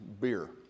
beer